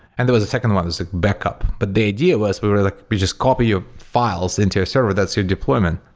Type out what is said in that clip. and there was a second one that's like backup. but the idea was we was we just copy files into a server. that's your deployment.